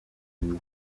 byiza